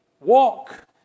Walk